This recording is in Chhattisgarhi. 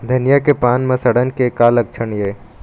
धनिया के पान म सड़न के का लक्षण ये?